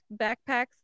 backpacks